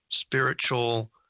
spiritual